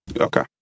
Okay